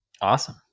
Awesome